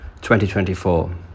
2024